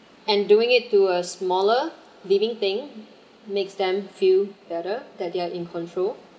and doing it to a smaller living thing makes them feel better that they're in control